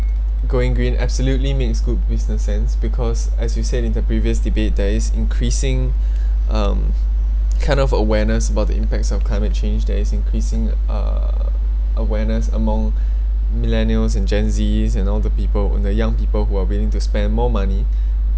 going green absolutely makes good business sense because as we said in the previous debate there is increasing um kind of awareness about the impacts of climate change there's increasing uh awareness among millennials and Gen Zs and all the young people who are willing to spend more money